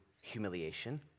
humiliation